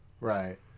Right